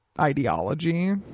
ideology